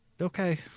Okay